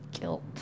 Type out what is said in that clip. guilt